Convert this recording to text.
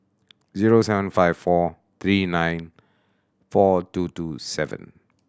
zero seven five four three nine four two two seven